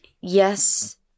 yes